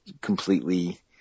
completely –